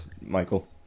Michael